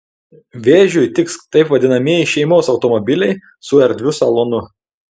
vėžiui tiks taip vadinamieji šeimos automobiliai su erdviu salonu